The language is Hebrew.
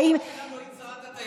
בממשלה שלנו היית שרת התיירות,